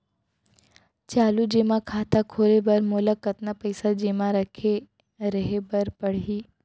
चालू जेमा खाता खोले बर मोला कतना पइसा जेमा रखे रहे बर पड़ही?